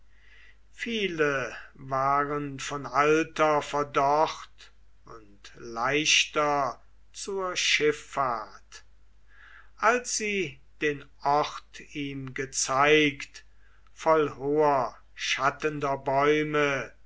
viele waren von alter verdorrt und leichter zur schiffahrt als sie den ort ihm gezeigt voll hoher schattender bäume